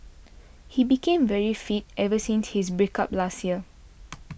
he became very fit ever since his break up last year